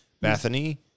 Bethany